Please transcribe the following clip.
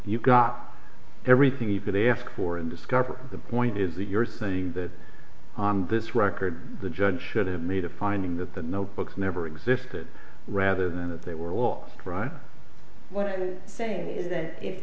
you've got everything you could ask for and discover the point is that you're saying that on this record the judge should have made a finding that the notebooks never existed rather than that they were all right what i'm saying is that